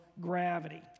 gravity